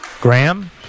Graham